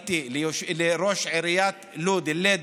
ופניתי לראש עיריית לוד, אל-לד,